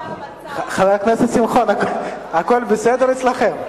כשנוצר מצב, חבר הכנסת שמחון, הכול בסדר אצלכם?